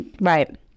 right